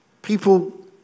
People